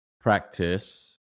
practice